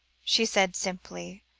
she said simply,